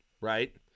right